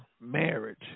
marriage